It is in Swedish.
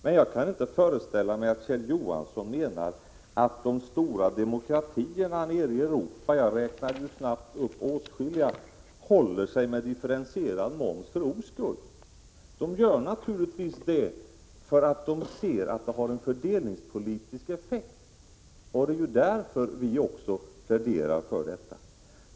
Men jag kan inte föreställa mig att Kjell Johansson menar att det stora demokratierna nere i Europa — jag räknade snabbt upp åtskilliga — håller sig med differentierad moms för ro skull. De har naturligtvis en differentierad moms, därför att de ser att de har en fördelninspolitisk effekt. Detta är också skälet till att vi pläderar för en differentiering.